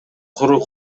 куру